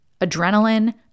adrenaline